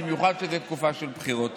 במיוחד שזו תקופה של בחירות.